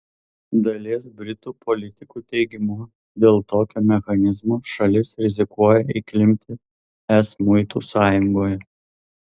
dalies britų politikų teigimu dėl tokio mechanizmo šalis rizikuoja įklimpti es muitų sąjungoje